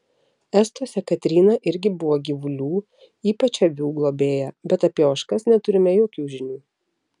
estuose katryna irgi buvo gyvulių ypač avių globėja bet apie ožkas neturime jokių žinių